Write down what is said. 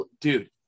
Dude